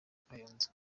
kayonza